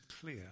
clear